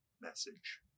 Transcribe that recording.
message